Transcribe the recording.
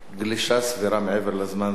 גלישה סבירה מעבר לזמן זה מתאפשר,